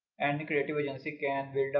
and creative agency can a